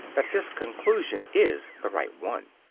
that this conclusion is the right one.